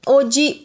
oggi